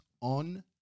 on